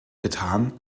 getan